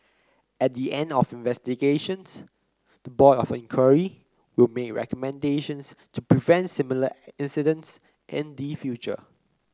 at the end of investigations the Board of Inquiry will make recommendations to prevent similar incidents in the future